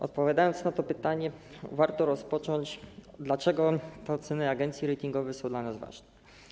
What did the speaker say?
Odpowiadając na to pytanie, warto rozpocząć od tego, dlaczego oceny agencji ratingowch są dla nas ważne.